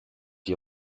die